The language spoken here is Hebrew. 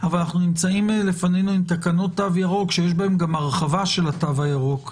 אבל נמצאות לפנינו תקנות תו ירוק שיש בהן גם הרחבה של התו הירוק.